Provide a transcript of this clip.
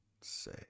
say